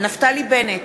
נפתלי בנט,